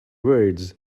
words